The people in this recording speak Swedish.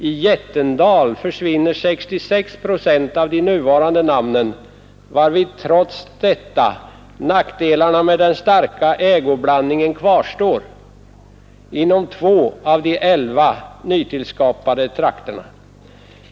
I Jättendal försvinner 66 procent av de nuvarande namnen, varvid trots detta nackdelarna med den starka ägoblandningen kvarstår inom två av de elva nytillskapade ”trakterna”.